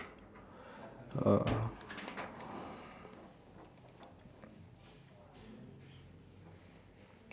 uh